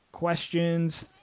Questions